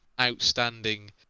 outstanding